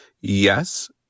yes